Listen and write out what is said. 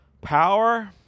power